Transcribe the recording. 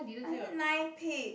I said nine pig